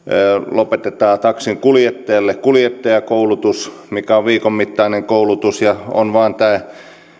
lopetetaan taksinkuljettajalle kuljettajakoulutus mikä on viikon mittainen koulutus ja on vain tämä